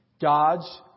God's